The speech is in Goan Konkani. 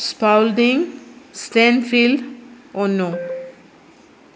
स्पावल्डिंग स्टॅनफिल्ड ओनू